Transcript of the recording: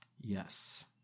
Yes